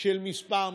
של מספר משתתפים.